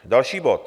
Další bod.